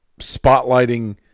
spotlighting